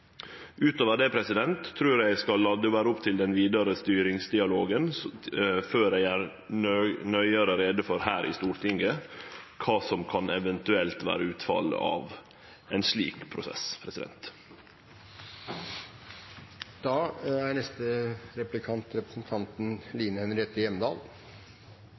Utover det trur eg at eg skal la det vere opp til den vidare styringsdialogen før eg her i Stortinget gjer nøyare greie for kva som eventuelt kan vere utfallet av ein slik prosess. Ja, det er